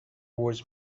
words